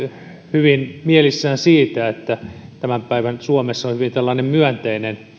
hyvin mielissään siitä että tämän päivän suomessa on hyvin tällainen myönteinen